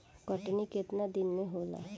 कटनी केतना दिन मे होला?